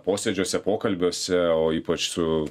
posėdžiuose pokalbiuose o ypač su